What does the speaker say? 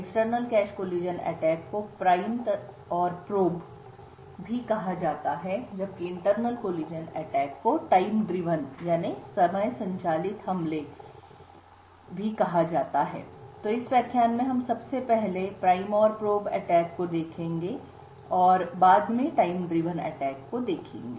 external cache collision attack को prime तथा प्रोबजांच हमले भी कहा जाता है जबकि इंटरनल कोलिजन अटैक को टाइम ड्रिवनसमय संचालित हमले अटैक भी कहा जाता है तो इस व्याख्यान में हम सबसे प्रथम प्राइम और प्रोब अटैक को देखते हैं और बाद में टाइम ड्रिवन अटैक को देखेंगे